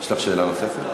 יש לך שאלה נוספת?